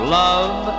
love